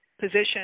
position